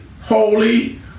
holy